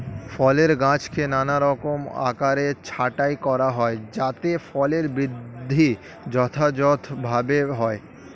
ফলের গাছকে নানারকম আকারে ছাঁটাই করা হয় যাতে ফলের বৃদ্ধি যথাযথভাবে হয়